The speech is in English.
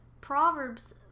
proverbs